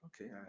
okay